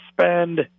spend